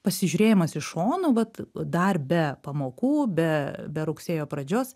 pasižiūrėjimas iš šono vat dar be pamokų be be rugsėjo pradžios